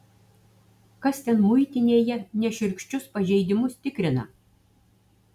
kas ten muitinėje nešiurkščius pažeidimus tikrina